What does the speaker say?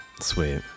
Sweet